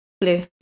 blue